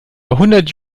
hundert